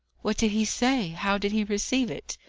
what did he say? how did he receive it?